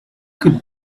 could